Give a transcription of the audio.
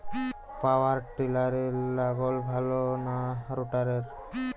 পাওয়ার টিলারে লাঙ্গল ভালো না রোটারের?